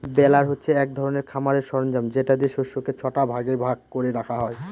বেলার হচ্ছে এক ধরনের খামারের সরঞ্জাম যেটা দিয়ে শস্যকে ছটা ভাগ করে রাখা হয়